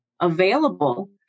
available